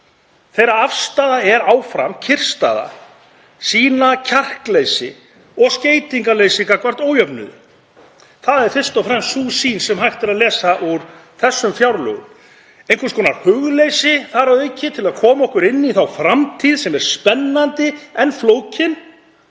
Þeirra afstaða er áfram kyrrstaða, að sýna kjarkleysi og skeytingarleysi gagnvart ójöfnuði. Það er fyrst og fremst sú sýn sem hægt er að lesa úr þessum fjárlögum, einhvers konar hugleysi þar að auki gagnvart því að koma okkur inn í þá framtíð sem er spennandi en flókin